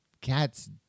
cats